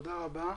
תודה רבה.